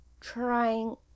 trying